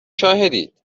شاهدید